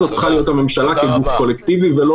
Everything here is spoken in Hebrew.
זו צריכה להיות הממשלה כגוף קולקטיבי ולא